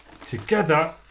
Together